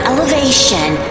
Elevation